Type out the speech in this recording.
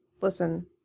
listen